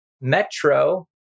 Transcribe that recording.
Metro